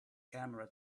camera